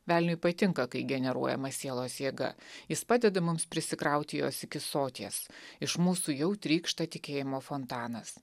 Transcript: velniui patinka kai generuojama sielos jėga jis padeda mums prisikrauti jos iki soties iš mūsų jau trykšta tikėjimo fontanas